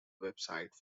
website